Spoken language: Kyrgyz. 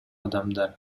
адамдар